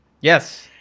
Yes